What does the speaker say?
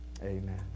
amen